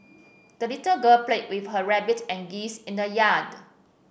the little girl played with her rabbit and geese in the yard